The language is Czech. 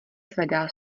zvedá